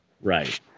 Right